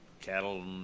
cattle